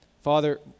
Father